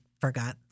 forgot